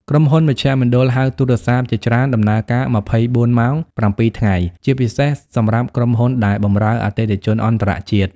ក្រុមហ៊ុនមជ្ឈមណ្ឌលហៅទូរស័ព្ទជាច្រើនដំណើរការ ២៤ ម៉ោង ៧ ថ្ងៃ ជាពិសេសសម្រាប់ក្រុមហ៊ុនដែលបម្រើអតិថិជនអន្តរជាតិ។